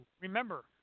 remember